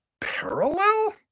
parallel